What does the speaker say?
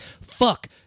fuck